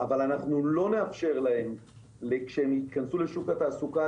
אבל אנחנו לא נאפשר להן כשהן ייכנסו לשוק התעסוקה,